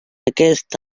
aquest